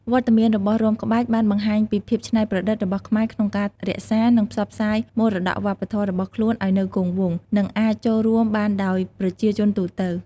វត្តមានរបស់រាំក្បាច់បានបង្ហាញពីភាពច្នៃប្រឌិតរបស់ខ្មែរក្នុងការរក្សា និងផ្សព្វផ្សាយមរតកវប្បធម៌របស់ខ្លួនឲ្យនៅគង់វង្ស និងអាចចូលរួមបានដោយប្រជាជនទូទៅ។